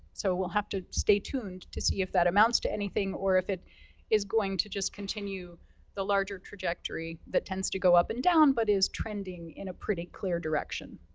so we'll have to stay tuned to see if that amounts to anything, or if it is going to just continue the larger trajectory that tends to go up and down, but is trending in a pretty clear direction.